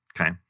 Okay